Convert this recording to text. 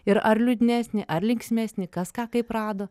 ir ar liūdnesnį ar linksmesnį kas ką kaip rado